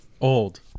Old